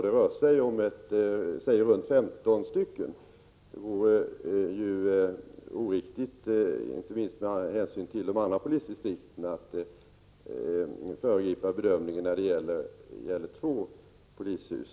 Det rör sig om ungefär 15 stycken. Inte minst med hänsyn till de andra polisdistrikten vore det oriktigt att föregripa bedömningen när det gäller dessa två polishus.